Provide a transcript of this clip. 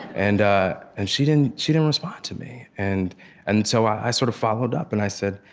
and and she didn't she didn't respond to me. and and so i sort of followed up, and i said,